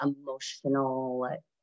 emotional